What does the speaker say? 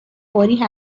فوری